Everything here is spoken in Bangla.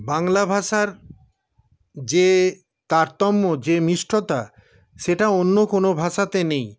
বাংলা ভাষার যে তারতম্য যে মিষ্টতা সেটা অন্য কোনো ভাষাতে নেই